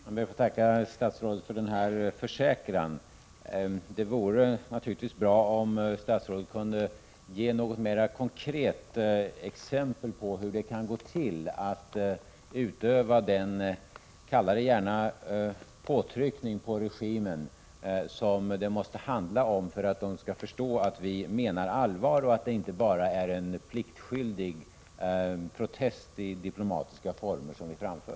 Fru talman! Jag ber att få tacka statsrådet för denna försäkran. Det vore naturligtvis bra om statsrådet kunde ge något mera konkret exempel på hur det kan gå till att utöva den påtryckning — kalla det gärna så — på regimen som det måste handla om, för att den skall förstå att vi menar allvar och att det inte bara är en pliktskyldig protest i diplomatiska former som vi framför.